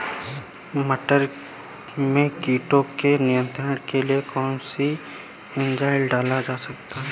मटर में कीटों के नियंत्रण के लिए कौन सी एजल डाल सकते हैं?